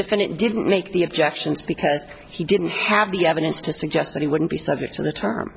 defendant didn't make the objections because he didn't have the evidence to suggest that he wouldn't be subject to the term